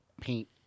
paint